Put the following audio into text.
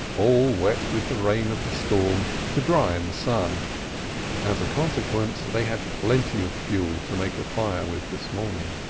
all wet with the rain of the storm, to dry in the sun as a consequence, they had plenty of fuel to make a fire with this morning.